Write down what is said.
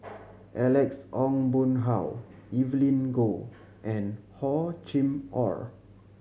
Alex Ong Boon Hau Evelyn Goh and Hor Chim Or